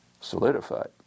solidified